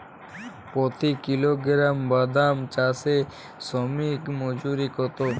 প্রতি কিলোগ্রাম বাদাম চাষে শ্রমিক মজুরি কত?